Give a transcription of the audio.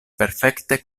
perfekte